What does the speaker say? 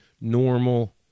normal